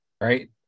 Right